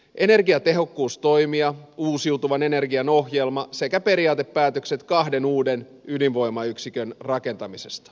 energiatehokkuustoimia uusiutuvan energian ohjelman sekä periaatepäätökset kahden uuden ydinvoimayksikön rakentamisesta